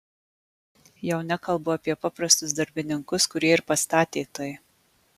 jau nekalbu apie paprastus darbininkus kurie ir pastatė tai